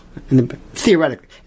theoretically